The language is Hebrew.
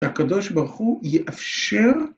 הקב' ברוך הוא יאפשר